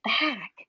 back